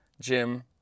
Jim